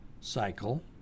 cycle